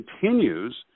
continues